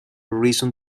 reason